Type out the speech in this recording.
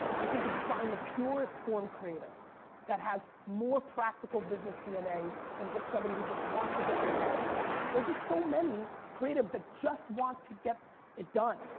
i think if you find the purest form creative that has more practical business dna then just somebody who wants to get their nut off. there's just so many creatives that just want to get it done.